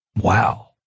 wow